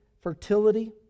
fertility